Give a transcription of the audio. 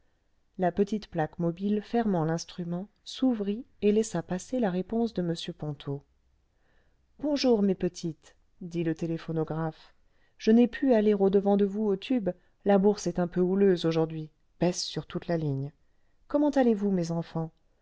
la petite plaque mobile fermant l'instrument s'ouvrit et laissa passer la réponse de m ponto bonjour mes petites dit le téléphonographe je ù'ai pu aller audevant de vous au tube la bourse est un peu houleuse aujourd'hui baisse sur toute la ligne comment allez-vous mes enfants